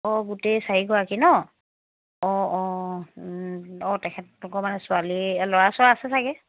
অঁ গোটেই চাৰিগৰাকী ন অঁ অঁ অঁ অঁ তেখেতলোকৰ মানে ছোৱালী ল'ৰা চৰা আছে চাগে